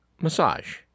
massage